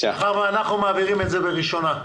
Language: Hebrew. מאחר שאנחנו מעבירים את זה בקריאה ראשונה,